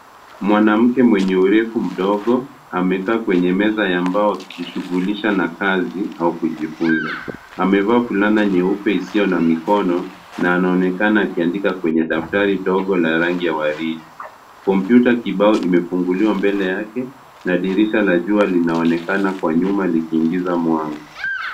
Mwanamke mwenye urefu mdogo amekaa kwenye meza ya mbao akijishughulisha na kazi au kujifunza. Amevaa fulana nyeupe isiyo na mikono na anaonekana akiandika kwenye daftari dogo na rangi ya waridi. Kompyuta kibao imefunguliwa mbele yake na dirisha la jua linaonekana kwa nyuma likiingiza mwanga.